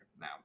Now